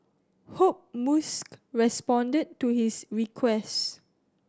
hope Musk responded to his request